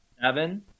seven